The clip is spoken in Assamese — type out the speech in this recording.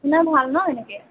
আপোনাৰ ভাল ন এনেকে